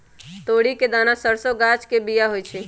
तोरी के दना सरसों गाछ के बिया होइ छइ